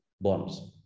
bonds